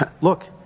look